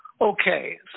Okay